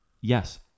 Yes